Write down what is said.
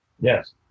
Yes